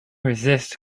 resist